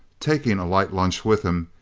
taking a light lunch with him,